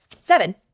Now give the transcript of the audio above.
seven